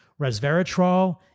Resveratrol